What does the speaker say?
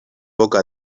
boca